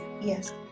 Yes